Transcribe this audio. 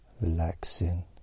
Relaxing